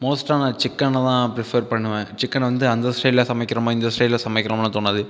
மோஸ்ட்டாக நான் சிக்கனை தான் ப்ரிஃபர் பண்ணுவேன் சிக்கனை வந்து அந்த ஸ்டைலில் சமைக்கிறோமா இந்த ஸ்டைலில் சமைக்கிறோமானுலாம் தோணாது